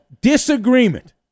disagreement